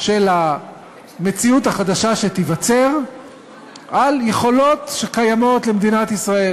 של המציאות החדשה שתיווצר על יכולות שקיימות למדינת ישראל,